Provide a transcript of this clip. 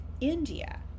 India